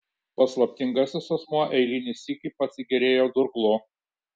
paslaptingasis asmuo eilinį sykį pasigėrėjo durklu